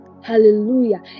Hallelujah